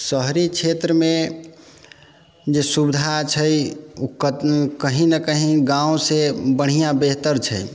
शहरी क्षेत्रमे जे सुविधा छै ओ कहीं न कहीं गामसँ बढ़िआँ बेहतर छै